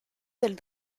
del